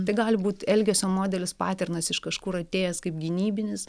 tai gali būt elgesio modelis paternas iš kažkur atėjęs kaip gynybinis